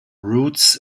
roots